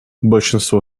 большинство